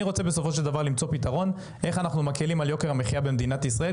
אני רוצה למצוא פתרון איך אנחנו מקלים על יוקר המחייה במדינת ישראל,